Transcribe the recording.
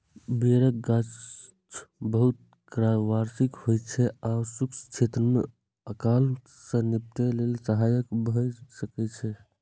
बेरक गाछ बहुवार्षिक होइ छै आ शुष्क क्षेत्र मे अकाल सं निपटै मे सहायक भए सकै छै